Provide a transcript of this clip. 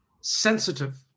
sensitive